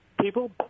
people